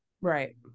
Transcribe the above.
Right